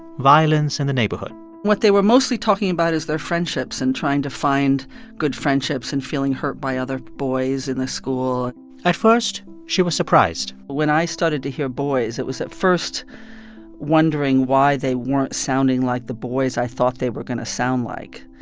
violence in the neighborhood what they were mostly talking about is their friendships and trying to find good friendships and feeling hurt by other boys in the school at first, she was surprised when i started to hear boys, it was at first wondering why they weren't sounding like the boys i thought they were going to sound like.